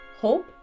hope